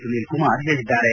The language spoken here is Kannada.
ಸುನೀಲ್ಕುಮಾರ್ ಹೇಳಿದ್ದಾರೆ